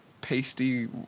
pasty